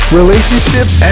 relationships